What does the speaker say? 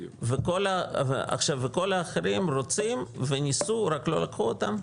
כל האחרים רוצים וניסו רק לא לקחו אותם?